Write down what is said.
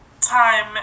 time